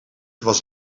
was